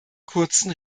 kurzen